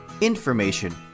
information